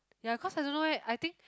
ya cause I don't know eh I think